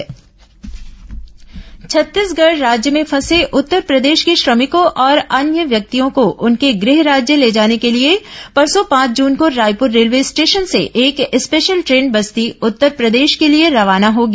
श्रमिक special train Chhattisgarh राज्य में फंसे उत्तरप्रदेश के श्रमिकों और अन्य व्यक्तियों को उनके गृह राज्य ले जाने के लिए परसों पांच जून को रायपुर रेलवे स्टेशन से एक स्पेशल ट्रेन बस्ती उत्तरप्रदेश के लिए रवाना होगी